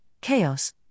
Chaos